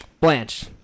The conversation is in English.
Blanche